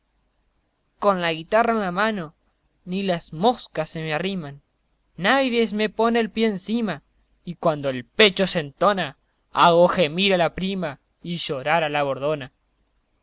con la guitarra en la mano ni las moscas se me arriman naides me pone el pie encima y cuando el pecho se entona hago gemir a la prima y llorar a la bordona